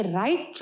right